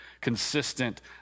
consistent